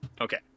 okay